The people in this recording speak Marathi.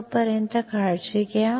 तोपर्यंत काळजी घ्या